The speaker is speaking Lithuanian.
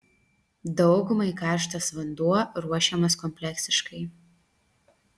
daugumai karštas vanduo ruošiamas kompleksiškai